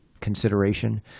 consideration